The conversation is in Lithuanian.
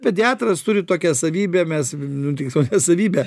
pediatras turi tokią savybę mes nu tiksliau ne savybę